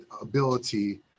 ability